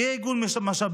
יהיה איגום משאבים,